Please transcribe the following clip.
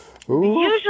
usually